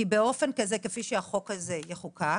כי כפי שהחוק הזה יחוקק